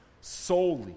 solely